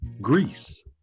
Greece